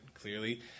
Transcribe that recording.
clearly